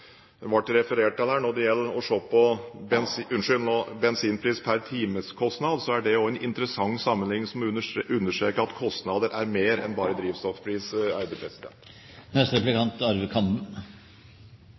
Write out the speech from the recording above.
det ble referert til her, å se på bensinpris per timekostnad, er en interessant sammenligning, som understreker at kostnader er mer enn bare